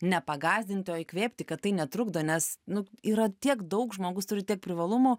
nepagąsdinti o įkvėpti kad tai netrukdo nes nu yra tiek daug žmogus turi tiek privalumų